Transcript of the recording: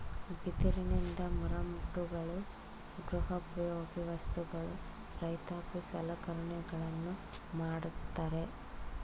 ಬಿದಿರಿನಿಂದ ಮರಮುಟ್ಟುಗಳು, ಗೃಹ ಉಪಯೋಗಿ ವಸ್ತುಗಳು, ರೈತಾಪಿ ಸಲಕರಣೆಗಳನ್ನು ಮಾಡತ್ತರೆ